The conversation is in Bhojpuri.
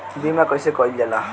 बीमा कइसे कइल जाला?